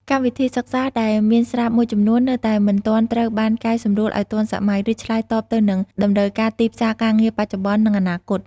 កម្មវិធីសិក្សាដែលមានស្រាប់មួយចំនួននៅតែមិនទាន់ត្រូវបានកែសម្រួលឱ្យទាន់សម័យ ឬឆ្លើយតបទៅនឹង តម្រូវការទីផ្សារការងារបច្ចុប្បន្ន និងអនាគត។